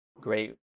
great